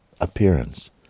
appearance